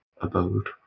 abode